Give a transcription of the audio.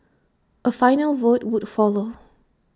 A final vote would follow